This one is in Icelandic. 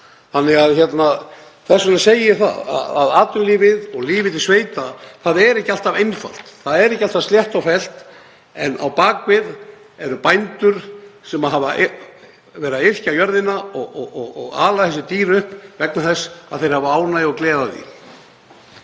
gert það. Þess vegna segi ég að atvinnulífið og lífið til sveita er ekki alltaf einfalt, það er ekki alltaf slétt og fellt. En á bak við eru bændur sem hafa verið að yrkja jörðina og ala þessi dýr upp vegna þess að þeir hafa ánægju og gleði af því.